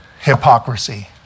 hypocrisy